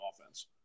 offense